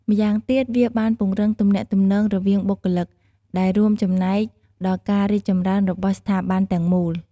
ម្យ៉ាងទៀត វាបានពង្រឹងទំនាក់ទំនងរវាងបុគ្គលិក ដែលរួមចំណែកដល់ការរីកចម្រើនរបស់ស្ថាប័នទាំងមូល។